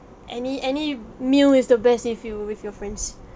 any any meal is the best if you're with your friends